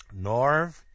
Norv